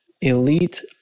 Elite